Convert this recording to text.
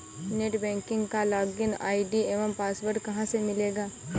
Net banking का login ID एवं password कहाँ से मिलेगा?